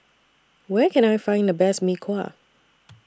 Where Can I Find The Best Mee Kuah